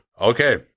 Okay